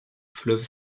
fleuve